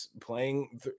playing